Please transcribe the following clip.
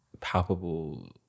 palpable